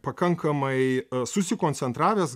pakankamai susikoncentravęs